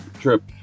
trip